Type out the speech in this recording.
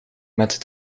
met